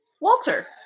Walter